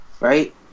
Right